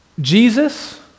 Jesus